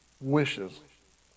wishes